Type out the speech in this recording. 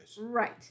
Right